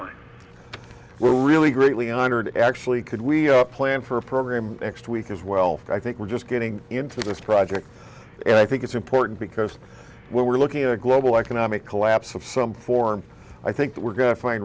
around we're really greatly honored actually could we plan for a program next week as well i think we're just getting into this project and i think it's important because when we're looking at a global economic collapse of some form i think we're